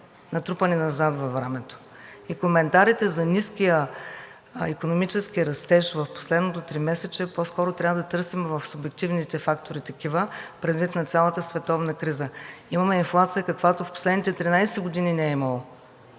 натрупани назад във времето, и коментарите за ниския икономически растеж в последното тримесечие по-скоро трябва да търсим в субективните фактори предвид цялата световна криза. Имаме инфлация, каквато в последните 13 години не е имало,